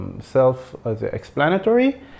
self-explanatory